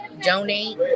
donate